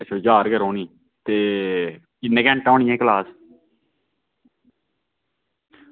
अच्छा ज्हार गै रौह्नी ते किन्ने घैंटा होनी ऐ क्लॉस